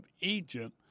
Egypt